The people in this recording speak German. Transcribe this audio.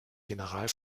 general